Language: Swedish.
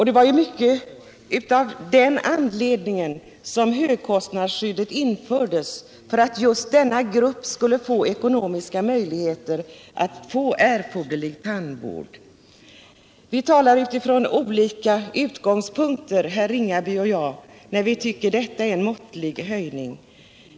Det var till mycket stor del av den anledningen som högkostnadsskyddet infördes, så att just denna grupp skulle få ekonomiska möjligheter till erforderlig tandvård. Vi talar utifrån olika utgångspunkter, herr Ringaby, när vi tycker att detta är en måttlig höjning.